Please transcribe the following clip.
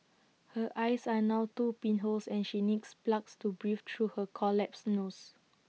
her eyes are now two pinholes and she needs plugs to breathe through her collapsed nose